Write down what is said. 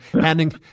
handing